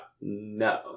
no